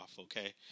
Okay